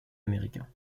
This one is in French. américain